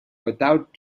without